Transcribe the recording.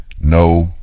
No